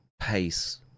pace